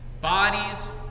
bodies